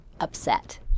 upset